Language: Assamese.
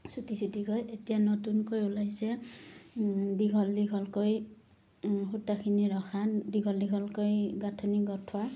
চুটি চুটিকৈ এতিয়া নতুনকৈ ওলাইছে দীঘল দীঘলকৈ সূতাখিনি ৰখা দীঘল দীঘলকৈ গাঁঠনি গঠা